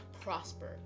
prosper